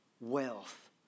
wealth